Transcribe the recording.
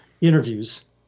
interviews